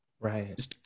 Right